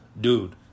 dude